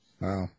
Wow